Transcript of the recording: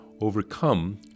overcome